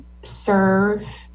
serve